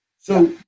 So-